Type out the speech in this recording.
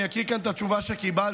אני אקריא כאן את התשובה שקיבלתי,